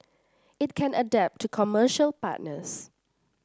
it can adapt to commercial partners